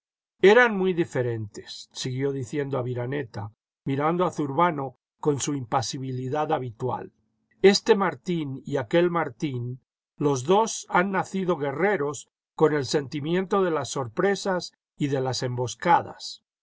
an muy diferentes siguió diciendo aviraneta mirando a zurbano con su impasibilidad habitual este martín y aquel martín los dos han nacido guerreros con el sentimiento de las sorpresas y de las emboscadas